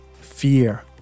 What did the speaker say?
fear